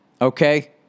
Okay